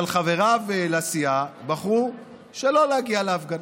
אבל חבריו לסיעה בחרו שלא להגיע להפגנה.